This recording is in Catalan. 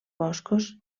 boscos